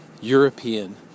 European